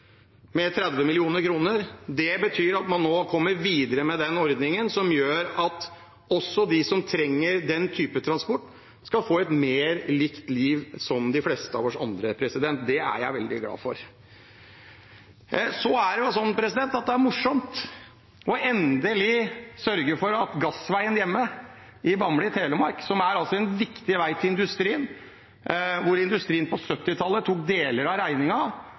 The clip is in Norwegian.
man viderefører en ordning som gjør at også de som trenger den typen transport, skal få et liv som er mer likt det livet de fleste av oss andre lever. Det er jeg veldig glad for. Det er morsomt endelig å sørge for at «Gassveien» hjemme i Bamble i Telemark, som er en viktig vei for industrien, får bevilgninger. Industrien tok deler av